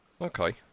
Okay